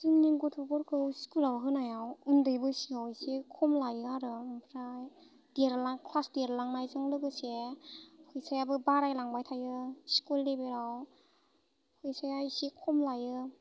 जोंनि गथ'फोरखौ स्कुलाव होनायाव उन्दै बैसोयाव एसे खम लायो आरो ओमफ्राय क्लास देरलांनायजों लोगोसे फैसायाबो बाराय लांबाय थायो स्कुल लेभेलाव फैसाया एसे खम लायो